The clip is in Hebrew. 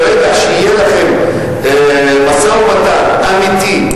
ברגע שיהיה לכם משא-ומתן אמיתי,